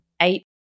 eight